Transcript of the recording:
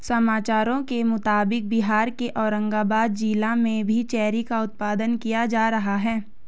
समाचारों के मुताबिक बिहार के औरंगाबाद जिला में भी चेरी का उत्पादन किया जा रहा है